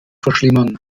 verschlimmern